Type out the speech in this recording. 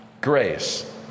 grace